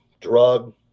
drug